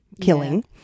killing